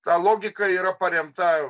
ta logika yra paremta